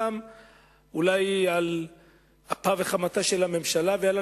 אולי על אפה וחמתה של הממשלה ולמרות